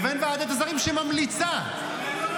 שממליצה.